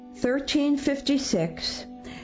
1356